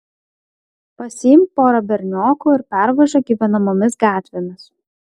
pasiimk porą berniokų ir pervažiuok gyvenamomis gatvėmis